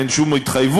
אין שום התחייבות,